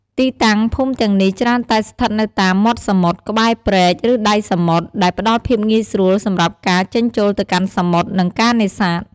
ទីតាំង ភូមិទាំងនេះច្រើនតែស្ថិតនៅតាម មាត់សមុទ្រ ក្បែរព្រែក ឬដៃសមុទ្រ ដែលផ្តល់ភាពងាយស្រួលសម្រាប់ការចេញចូលទៅកាន់សមុទ្រ និងការនេសាទ។